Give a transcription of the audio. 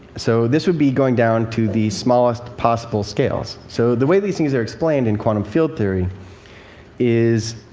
so this would be going down to the smallest possible scales. so the way these things are explained in quantum field theory is,